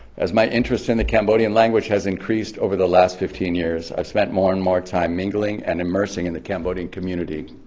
as my interest in the cambodian language has increased over the last fifteen years, i've spent more and more time mingling and immersing in the cambodian community,